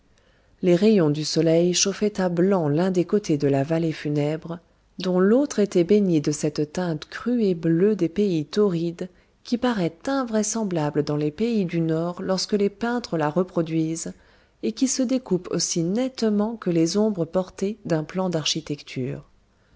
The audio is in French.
les rayons du soleil chauffaient à blanc l'un des côtés de la vallée funèbre dont l'autre était baigné de cette teinte crue et bleue des pays torrides qui paraît invraisemblable dans les pays du nord lorsque les peintres la reproduisent et qui se découpe aussi nettement que les ombres portées d'un plan d'architecture